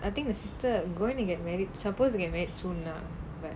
I think the sister going to get married supposed to get married soon lah but